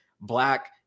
black